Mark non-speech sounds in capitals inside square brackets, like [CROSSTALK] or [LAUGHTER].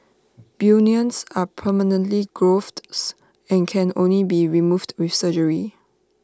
bunions are permanent [UNINTELLIGIBLE] growths and can only be removed with surgery